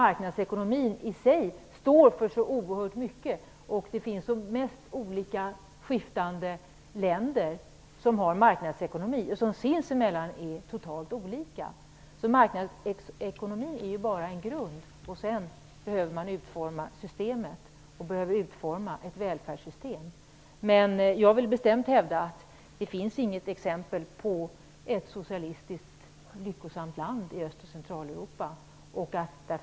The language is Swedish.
Marknadsekonomin i sig står ju för så oerhört mycket. Det finns de mest skiftande länder som har marknadsekonomi, vilka sinsemellan är totalt olika. Marknadsekonomin är bara en grund. Därefter behöver systemet liksom ett välfärdssystem utformas. Men jag vill bestämt hävda att det inte finns något exempel på ett lyckosamt socialistiskt land i Öst och Centraleuropa.